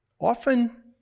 Often